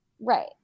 Right